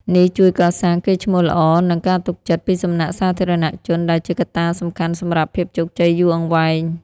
នេះជួយកសាង កេរ្តិ៍ឈ្មោះល្អ និង ការទុកចិត្ត ពីសំណាក់សាធារណជន ដែលជាកត្តាសំខាន់សម្រាប់ភាពជោគជ័យយូរអង្វែង។